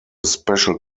special